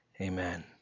amen